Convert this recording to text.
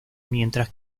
mientras